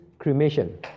cremation